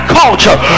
culture